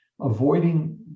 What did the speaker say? avoiding